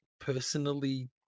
personally